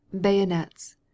bayonets